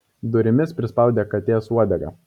durimis prispaudė katės uodegą